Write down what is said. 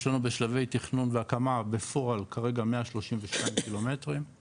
יש לנו בשלבי תכנון והקמה בפועל כרגע 132 קילומטרים,